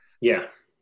Yes